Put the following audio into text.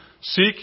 Seek